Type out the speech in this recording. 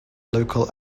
local